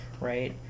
right